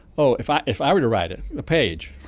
oh, if i if i were to write it, a page